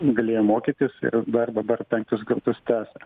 galėjo mokytis ir dar dabar penkios grupės tęsia